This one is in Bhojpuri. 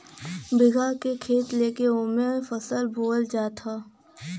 बीघा के खेत लेके ओमे फसल बोअल जात हौ